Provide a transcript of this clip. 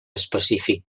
específic